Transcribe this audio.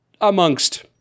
Amongst